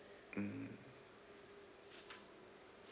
mm